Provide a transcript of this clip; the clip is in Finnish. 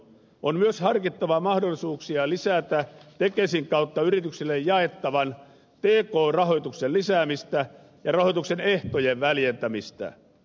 on myös harkittava mahdollisuuksia lisätä tekesin kautta yrityksille jaettavan t k rahoituksen lisäämistä ja rahoituksen ehtojen väljentämistä